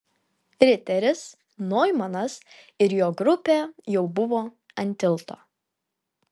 riteris noimanas ir jo grupė jau buvo ant tilto